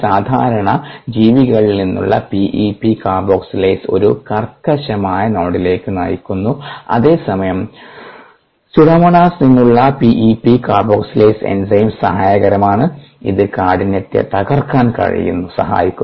സാധാരണ ജീവികളിൽ നിന്നുള്ള പി ഇ പി കാർബോക്സൈലേസ് ഒരു കർക്കശമായ നോഡിലേക്ക് നയിക്കുന്നു അതേസമയം സ്യൂഡോമോണസിൽ നിന്നുള്ള P E P carboxylase enzyme സഹായകരമാണ് ഇത് കാഠിന്യത്തെ തകർക്കാൻ സഹായിക്കുന്നു